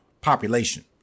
population